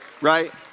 right